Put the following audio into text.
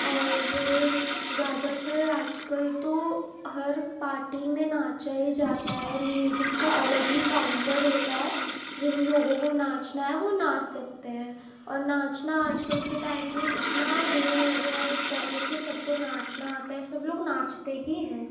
اور زیادہ تر آج کل تو ہر پارٹی میں ناچا ہی جاتا ہے میوزک كا الگ ہی كاؤنٹر ہوتا ہے جن لوگوں كو ناچنا ہے وہ ناچ سکتے ہیں اور ناچنا آج کل کے ٹائم میں اتنا وہ ہو گیا ہے امپورٹینٹ کہ سب کو ناچنا آتا ہے سب لوگ ناچتے ہی ہیں